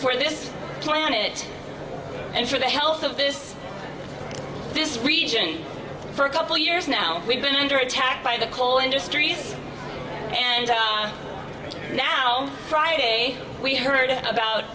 for this planet and for the health of this this region for a couple years now we've been under attack by the coal industries and now friday we heard about